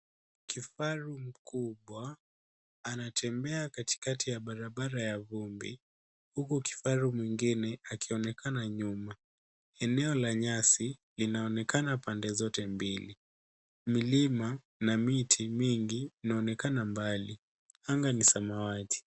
Kifaru mkubwa anatembea katikati ya barabara ya vumbi, huku kifaru mwingine akionekana nyuma. Eneo la nyasi linaonekana pande zote mbili . Milima na miti mingi inaonekana mbali. Anga ni samawati.